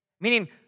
Meaning